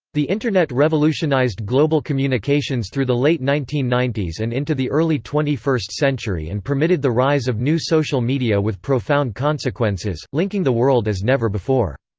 the internet revolutionised global communications through the late nineteen ninety s and into the early twenty first century and permitted the rise of new social media with profound consequences, linking the world as never before.